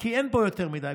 כי אין בו יותר מדי,